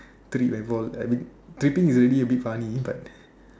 trip and fall tripping is already a bit funny but